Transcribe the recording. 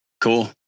Cool